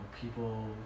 people